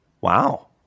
wow